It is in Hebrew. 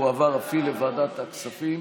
ותועבר אף היא לוועדת הכספים